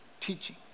Teaching